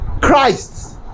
Christ